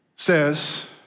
Says